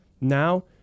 Now